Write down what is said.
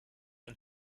und